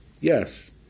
Yes